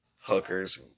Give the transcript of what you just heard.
Hookers